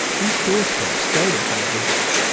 these doorsteps seldom have a visitor.